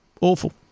Awful